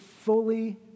fully